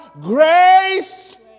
grace